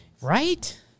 Right